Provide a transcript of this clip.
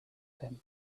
him